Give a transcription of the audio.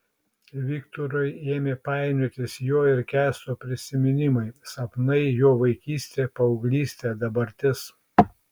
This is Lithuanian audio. viktorui ėmė painiotis jo ir kęsto prisiminimai sapnai jo vaikystė paauglystė dabartis